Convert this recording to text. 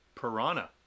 piranha